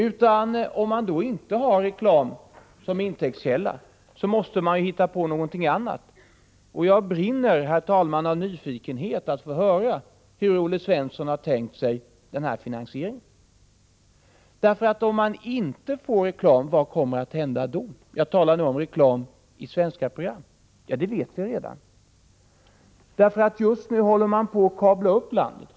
Om man inte har reklam som intäktskälla, måste man hitta på någonting annat. Herr talman! Jag brinner av nyfikenhet att få höra hur Olle Svensson har tänkt sig den här finansieringen. Om man inte får reklam — jag talar nu om reklam i svenska program — vad kommer att hända då? Det vet vi redan. Just nu håller man nämligen på att kabla upp landet.